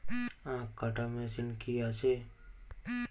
আখ কাটা মেশিন কি আছে?